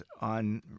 on